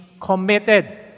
committed